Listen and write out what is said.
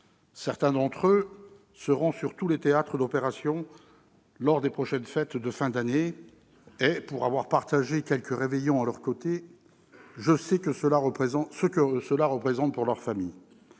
Certains d'entre eux seront sur tous les théâtres d'opérations lors des prochaines fêtes de fin d'année et, pour avoir partagé quelques réveillons à leurs côtés, je sais ce que cela représente pour leurs familles.